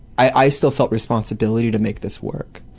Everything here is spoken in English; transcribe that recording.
i still felt responsibility to make this work.